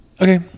Okay